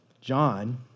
John